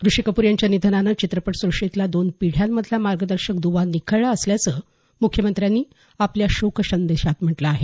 ऋषी कपूर यांच्या निधनानं चित्रपट सुष्टीतला दोन पिढ्यांमधला मार्गदर्शक दवा निखळला असल्याचं मुख्यमंत्र्यांनी आपल्या शोक संदेशात म्हटलं आहे